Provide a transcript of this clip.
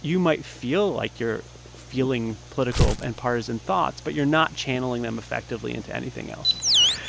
you might feel like you're feeling political and partisan thoughts, but you're not channeling them effectively into anything else